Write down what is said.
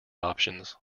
options